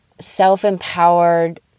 self-empowered